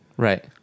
Right